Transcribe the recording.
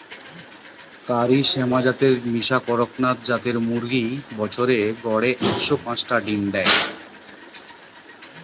কারি শ্যামা জাতের মিশা কড়কনাথ জাতের মুরগি বছরে গড়ে একশ পাচটা ডিম দেয়